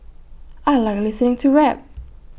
I Like listening to rap